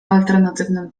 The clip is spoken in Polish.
alternatywnym